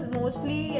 mostly